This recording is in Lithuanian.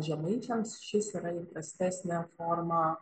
žemaičiams šis yra įprastesnė forma